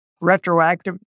retroactive